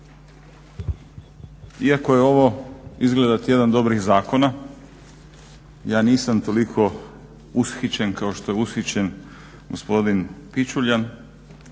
Iako je ovo izgleda tjedan dobrih zakona, ja nisam toliko ushićen kao što je ushićen gospodin Pičuljan